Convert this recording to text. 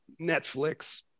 Netflix